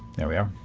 there we are.